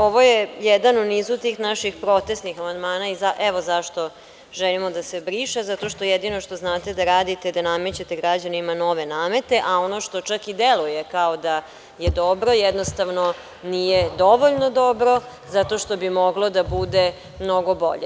Ovo je jedan u nisu tih naših protestnih amandmana, evo zašto želimo da se briše, zato što jedino što zante da radite je da namećete građanima nove namete, a ono što čak i deluje kao da je dobro, jednostavno nije dovoljno dobro zato što bi moglo da bude mnogo bolje.